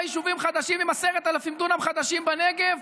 יישובים חדשים עם 10,000 דונם חדשים בנגב,